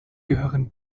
gehören